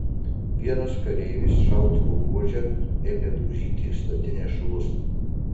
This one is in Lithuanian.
vienas kareivis šautuvo buože ėmė daužyti statinės šulus